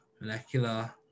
molecular